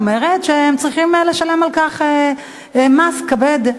אומרת שהם צריכים לשלם על כך מס כבד.